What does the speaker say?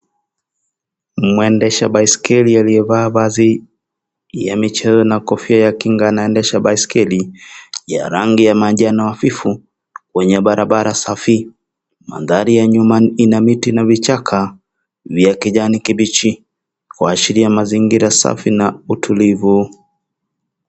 Mwendesha baiskeli ,aliyevaa vazi ya michezo na kofia ya kinga, anaendesha baiskeli ya rangi ya manjano hafifu kwenye barabara safi . Mandhari ya nyuma ina miti na vichaka ya kijani kibichi , kuashiria mazingira safi na utulivu .